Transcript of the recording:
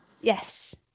Yes